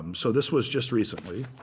so this was just recently